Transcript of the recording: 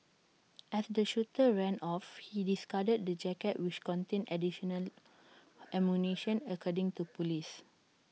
as the shooter ran off he discarded the jacket which contained additional ammunition according to Police